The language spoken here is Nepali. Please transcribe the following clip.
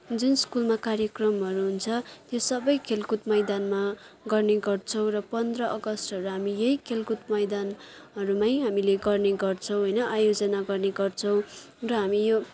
जुन स्कुलमा कार्यक्रमहरू हुन्छ त्यो सबै खेलकुद मैदानमा गर्ने गर्छौँ र पन्ध्र अगस्तहरू हामी यहीँ खेलकुद मैदानहरूमै हामीले गर्छौँ होइन आयोजना गर्ने गर्छौँ र हामी यो